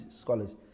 scholars